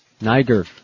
Niger